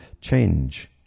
change